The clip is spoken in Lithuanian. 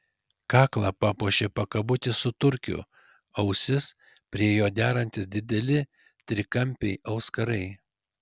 kaklą puošė pakabutis su turkiu ausis prie jo derantys dideli trikampiai auskarai